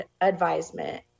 advisement